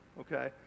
okay